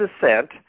descent